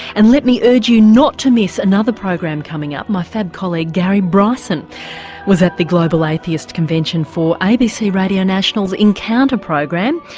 and let me urge you not to miss another program coming up, my fab colleague gary bryson was at the global atheist convention for abc radio national's encounter program,